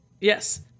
Yes